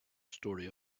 story